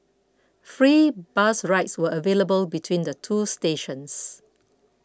free bus rides were available between the two stations